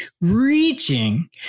reaching